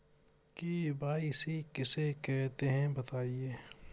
KYC किसे कहते हैं बताएँ?